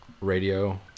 radio